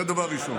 זה, דבר ראשון.